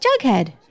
Jughead